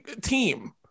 team